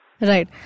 right